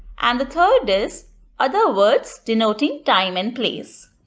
and the third is other words denoting time and place.